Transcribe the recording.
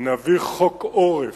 חוק עורף,